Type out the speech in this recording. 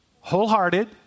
wholehearted